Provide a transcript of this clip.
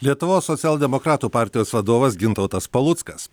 lietuvos socialdemokratų partijos vadovas gintautas paluckas